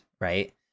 right